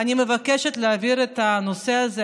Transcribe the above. אני מבקשת להעביר את הנושא הזה,